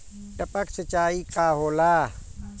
टपक सिंचाई का होला?